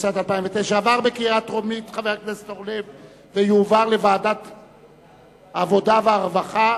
התשס"ט 2009, לדיון מוקדם בוועדת העבודה, הרווחה